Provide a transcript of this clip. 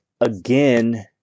again